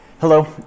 Hello